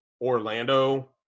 orlando